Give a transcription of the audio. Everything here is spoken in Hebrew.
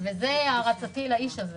זו הערצתי לאיש הזה.